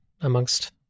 amongst